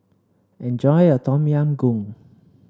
enjoy your Tom Yam Goong